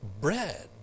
bread